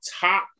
top